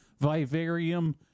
Vivarium